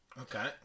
Okay